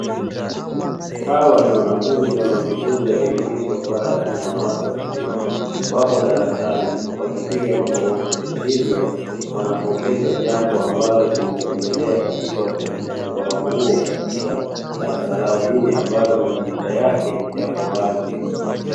Hawa ni wanafunzi wanaojifunza elimu hii isiyokuwa rasmi na ya watu wazima, wapo darasani wakipiga makofi, hivyo wanapongeza jambo ambalo linaloendelea katika ufundishaji wao huo, katika darasa hili ambalo madirisha yake yapo wazi.